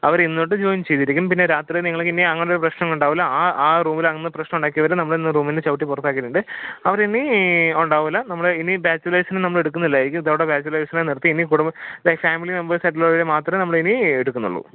അവർ ഇന്ന് തൊട്ട് ജോയിൻ ചെയ്തിരിക്കും പിന്നെ രാത്രി നിങ്ങൾക്ക് ഇനി അങ്ങനെ ഒരു പ്രശ്നമൊന്നുമുണ്ടാവില്ല ആ ആ റൂമിൽ അന്ന് പ്രശ്നമുണ്ടാക്കിയവരെ നമ്മൾ ഇന്ന് റൂമിൽ നിന്ന് ചവിട്ടി പുറത്താക്കിയിട്ടുണ്ട് അവർ ഇനി ഉണ്ടാവില്ല നമ്മൾ ഇനി ബാച്ചിലേഴ്സിനെ നമ്മൾ എടുക്കുന്നില്ല ഇതോടെ ബാച്ചിലേഴ്സിനെ നിർത്തി ഇനി ഫാമിലി മെമ്പേഴ്സായിട്ടുള്ളവരെ മാത്രമേ നമ്മൾ ഇനി എടുക്കുന്നുള്ളു